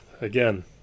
again